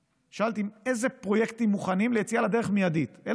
שאלתי: איזה פרויקטים מוכנים ליציאה מיידית לדרך?